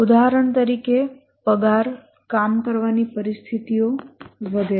ઉદાહરણ તરીકે પગાર કામ કરવાની પરિસ્થિતિઓ વગેરે